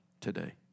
today